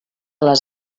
les